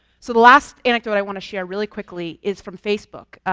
so the last anecdote i want to share really quickly is from facebook.